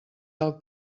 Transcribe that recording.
del